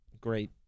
great